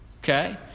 Okay